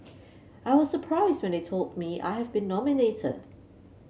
I was surprised when they told me I have been nominated